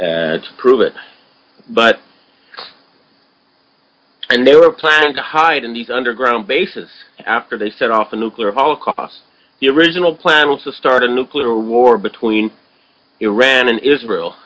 invitation to prove it but and they were planning to hide in these underground bases after they set off a nuclear holocaust the original plan was to start a nuclear war between iran and israel